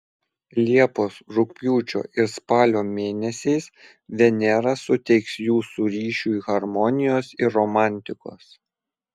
liepos rugpjūčio ir spalio mėnesiais venera suteiks jūsų ryšiui harmonijos ir romantikos